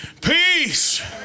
peace